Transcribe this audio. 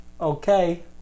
okay